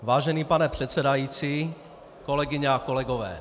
Vážený pane předsedající, kolegyně a kolegové.